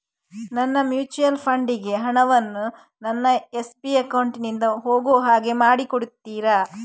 ನನ್ನ mutual fund ಗೆ ಹಣ ವನ್ನು ನನ್ನ ಎಸ್.ಬಿ ಅಕೌಂಟ್ ನಿಂದ ಹೋಗು ಹಾಗೆ ಮಾಡಿಕೊಡುತ್ತೀರಾ?